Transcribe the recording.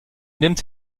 nimmt